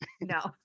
No